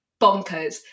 bonkers